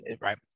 right